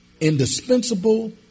indispensable